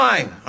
Fine